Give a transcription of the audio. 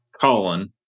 Colin